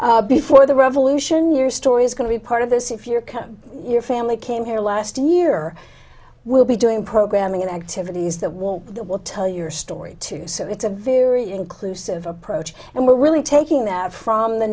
and before the revolution your story is going to be part of this if you're come your family came here last year we'll be doing programming and activities the they will tell your story too so it's a very inclusive approach and we're really taking that from the